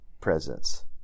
presence